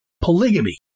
Polygamy